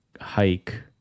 hike